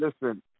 Listen